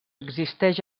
existeix